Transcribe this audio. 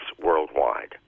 worldwide